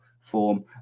form